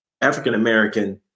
African-American